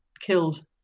killed